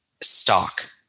stock